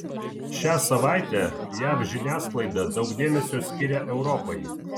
šią savaitę jav žiniasklaida daug dėmesio skiria europai